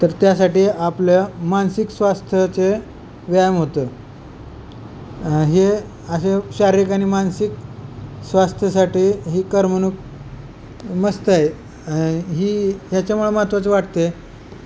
तर त्यासाठी आपलं मानसिक स्वास्थ्यचे व्यायाम होतं हे असे शारीरिक आणि मानसिक स्वास्थ्यसाठी ही करमणूक मस्त आहे ही ह्याच्यामुळं महत्त्वाचं वाटते